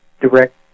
direct